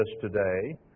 today